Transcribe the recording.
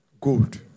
Gold